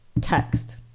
Text